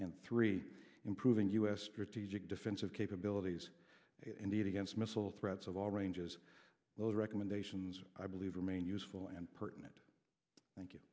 and three improving u s strategic defensive capabilities indeed against missile threats of all ranges those recommendations i believe remain useful and pertinent thank you